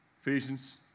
Ephesians